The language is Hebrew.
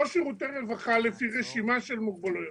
לא שירותי רווחה לפי רשימה של מוגבלויות